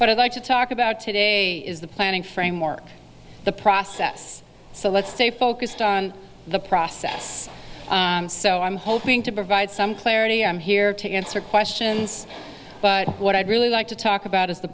but i'd like to talk about today is the planning framework the process so let's stay focused on the process so i'm hoping to provide some clarity i'm here to answer questions but what i'd really like to talk about is the